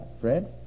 Fred